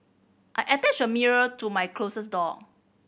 I attached a mirror to my closset door